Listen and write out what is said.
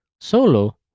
Solo